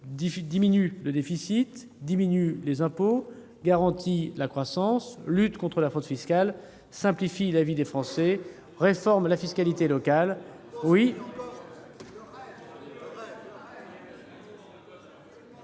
diminue le déficit, réduit les impôts, garantit la croissance, lutte contre la fraude fiscale, simplifie la vie des Français, réforme la fiscalité locale.